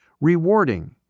Rewarding